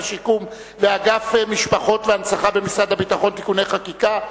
השיקום ואגף משפחות והנצחה במשרד הביטחון (תיקוני חקיקה),